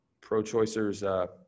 pro-choicers